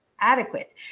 adequate